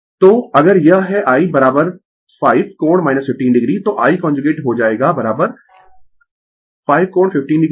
तो अगर यह है I 5 कोण 15 o तो I कांजुगेट हो जाएगा 5 कोण 15 o